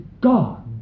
God